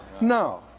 No